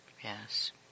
Yes